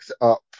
up